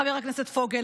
חבר הכנסת פוגל.